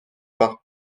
par